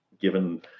given